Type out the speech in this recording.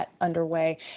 underway